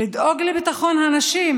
לדאוג לביטחון הנשים,